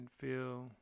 feel